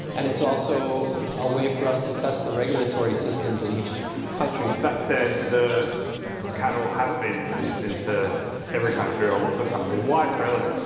and it's also a way for us to test the regulatory systems in each country. that said, the cattle haven't been introduced into every country or lots of countries. why australia?